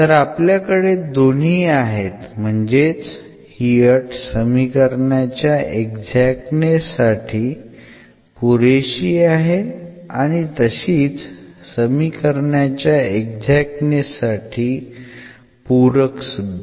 तर आपल्याकडे दोन्ही आहेत म्हणजेच ही अट समीकरणाच्या एक्झाक्टनेस साठी पुरेशी आहे आणि तशीच समीकरणाच्या एक्झाक्टनेस साठी पूरक सुद्धा